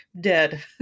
dead